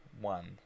One